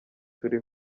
turi